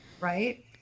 right